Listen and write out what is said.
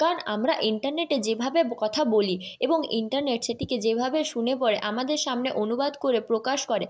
কারণ আমরা ইন্টারনেটে যেভাবে কথা বলি এবং ইন্টারনেট সেটিকে যেভাবে শুনে পরে আমাদের সামনে অনুবাদ করে প্রকাশ করে